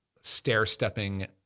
stair-stepping